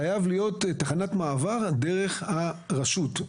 חייבת להיות תחנת מעבר דרך הרשות.